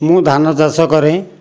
ମୁଁ ଧାନ ଚାଷ କରେ